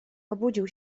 obudził